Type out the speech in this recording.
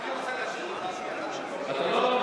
אתה לא,